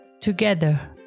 Together